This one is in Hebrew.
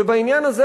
ובעניין הזה,